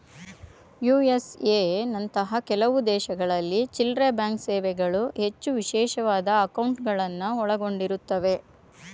USA ನಂತಹ ಕೆಲವು ದೇಶಗಳಲ್ಲಿ ಚಿಲ್ಲ್ರೆಬ್ಯಾಂಕ್ ಸೇವೆಗಳು ಹೆಚ್ಚು ವಿಶೇಷವಾದ ಅಂಕೌಟ್ಗಳುನ್ನ ಒಳಗೊಂಡಿರುತ್ತವೆ